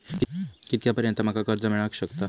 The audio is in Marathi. कितक्या पर्यंत माका कर्ज मिला शकता?